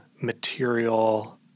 material